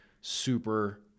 super